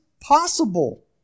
possible